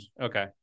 Okay